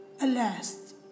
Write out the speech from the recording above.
Alas